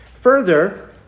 Further